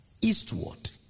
eastward